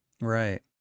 Right